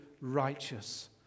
righteous